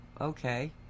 okay